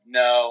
no